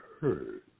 heard